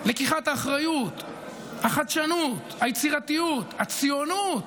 לקיחת האחריות, החדשנות, היצירתיות, הציונות,